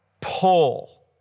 pull